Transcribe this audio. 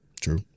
True